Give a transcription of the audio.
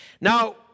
Now